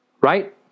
Right